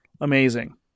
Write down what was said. amazing